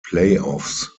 playoffs